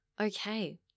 Okay